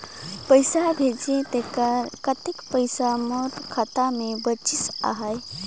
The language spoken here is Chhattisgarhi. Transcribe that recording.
पइसा भेजे तेकर कतेक पइसा मोर खाता मे बाचिस आहाय?